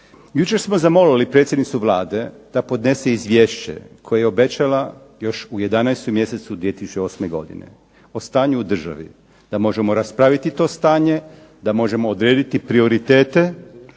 Jučer smo zamolili predsjednicu Vlade da podnese izvješće koje je obećala još u 11. mjesecu 2008. godine o stanju u državi, da možemo raspraviti to stanje, da možemo odrediti prioritete